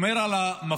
הוא אומר על המפכ"ל: